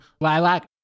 Lilac